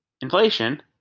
inflation